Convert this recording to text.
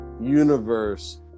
universe